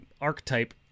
archetype